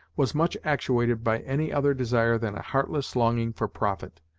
was much actuated by any other desire than a heartless longing for profit.